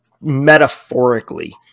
metaphorically